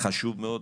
חשוב מאוד.